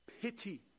pity